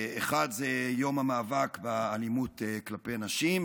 האחד זה יום המאבק באלימות כלפי נשים,